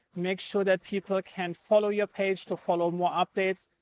make sure that people can follow your page. to follow more updates.